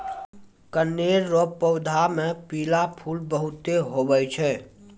कनेर रो पौधा मे पीला फूल बहुते हुवै छै